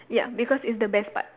ya because it's the best part